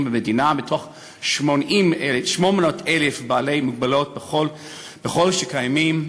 במדינה מתוך 800,000 בעלי מוגבלויות שקיימים.